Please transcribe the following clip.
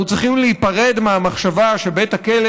אנחנו צריכים להיפרד מהמחשבה שבית הכלא